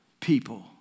people